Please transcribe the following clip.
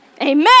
Amen